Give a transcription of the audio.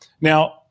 Now